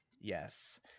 Yes